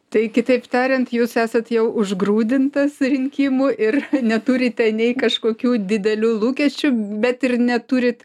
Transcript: tai kitaip tariant jūs esat jau užgrūdintas rinkimų ir neturite nei kažkokių didelių lūkesčių bet ir neturit